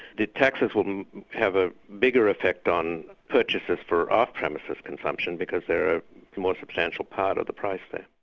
the taxes would have a bigger effect on purchases for off-premises consumption because they're a more substantial part of the price thing.